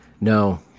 No